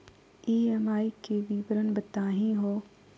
EMI के विवरण बताही हो?